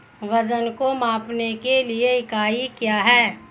वजन को मापने के लिए इकाई क्या है?